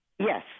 Yes